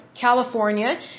California